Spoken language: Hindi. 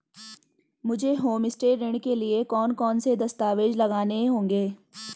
मुझे होमस्टे ऋण के लिए कौन कौनसे दस्तावेज़ लगाने होंगे?